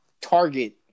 target